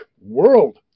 world